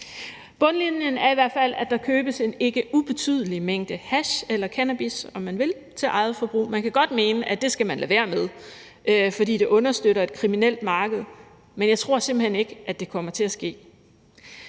Bundlinjen er i hvert fald, at der købes en ikke ubetydelig mængde hash eller cannabis, om man vil, til eget forbrug. Man kan godt mene, at det skal man lade være med, fordi det understøtter et kriminelt marked, men jeg tror simpelt hen ikke, at det kommer til at ske.